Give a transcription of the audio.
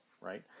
right